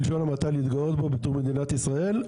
בלשון המעטה להתגאות בו בתור מדינת ישראל.